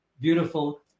beautiful